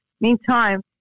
meantime